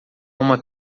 uma